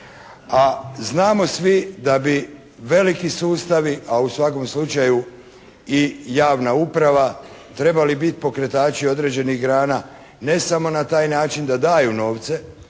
A znamo svi da bi veliki sustavi, a u svakom slučaju i javna uprava trebali biti pokretači određenih grana ne samo na taj način da daju novce